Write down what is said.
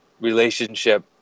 relationship